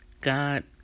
God